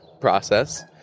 process